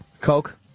Coke